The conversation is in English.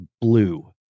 blue